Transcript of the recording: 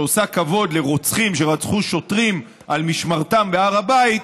שעושה כבוד לרוצחים שרצחו שוטרים על משמרתם בהר הבית,